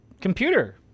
computer